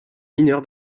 mineur